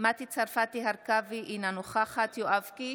מטי צרפתי הרכבי, אינה נוכחת יואב קיש,